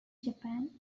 japan